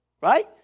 Right